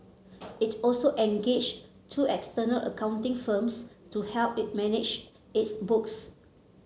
it also engaged two external accounting firms to help it manage its books